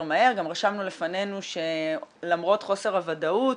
מהר גם רשמנו לפנינו שלמרות חוסר הוודאות